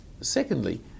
secondly